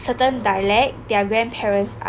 certain dialect their grandparents are